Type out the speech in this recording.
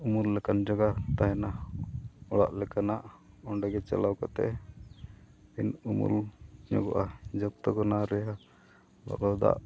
ᱩᱢᱩᱞ ᱞᱮᱠᱟᱱ ᱡᱟᱭᱜᱟ ᱛᱟᱦᱮᱱᱟ ᱚᱲᱟᱜ ᱞᱮᱠᱟᱱᱟᱜ ᱚᱸᱰᱮ ᱜᱮ ᱪᱟᱞᱟᱣ ᱠᱟᱛᱮᱫ ᱵᱤᱱ ᱩᱢᱩᱞ ᱧᱚᱜᱚᱜᱼᱟ ᱡᱚᱵᱽᱛᱚᱠ ᱚᱱᱟ ᱨᱮᱭᱟᱲ ᱫᱟᱜ